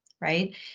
right